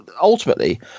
ultimately